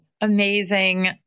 Amazing